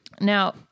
Now